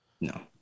No